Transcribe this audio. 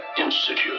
Institute